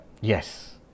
Yes